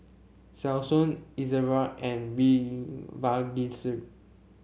Selsun Ezerra and V Vagisil